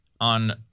on